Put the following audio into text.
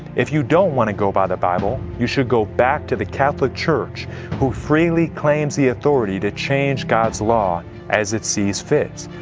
if you don't want to go by the bible you should go back to the catholic church who freely claims the authority to change god's law as it sees fit.